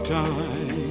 time